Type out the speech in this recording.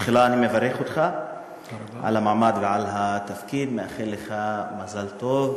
תחילה אני מברך אותך על המעמד ועל התפקיד ומאחל לך מזל טוב.